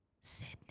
sydney